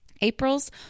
April's